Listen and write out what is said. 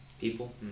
people